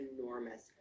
enormous